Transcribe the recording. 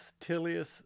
Tilius